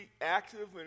active